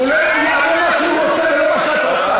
--- הוא יענה מה שהוא רוצה ולא מה שאת רוצה.